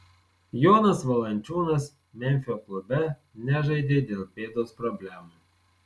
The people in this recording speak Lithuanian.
jonas valančiūnas memfio klube nežaidė dėl pėdos problemų